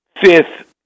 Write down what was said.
Fifth